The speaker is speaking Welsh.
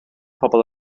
pobl